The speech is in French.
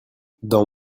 dans